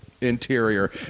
interior